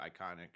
iconic